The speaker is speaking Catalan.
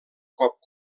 cop